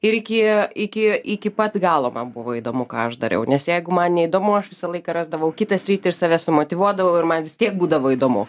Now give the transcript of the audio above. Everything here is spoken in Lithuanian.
ir iki iki iki pat galo man buvo įdomu ką aš dariau nes jeigu man neįdomu aš visą laiką rasdavau kitą sritį ir save sumotyvuodavau ir man vis tiek būdavo įdomu